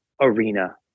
arena